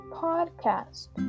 podcast